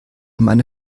meine